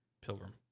Pilgrim